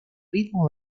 ritmo